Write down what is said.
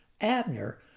Abner